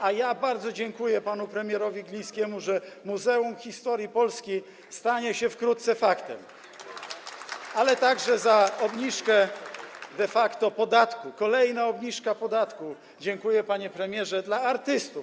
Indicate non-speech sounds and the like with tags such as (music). A ja bardzo dziękuję panu premierowi Glińskiemu za to, że Muzeum Historii Polski stanie się wkrótce faktem, (applause) ale także za obniżkę, de facto, podatku - jest to kolejna obniżka podatku, za co dziękuję, panie premierze - dla artystów.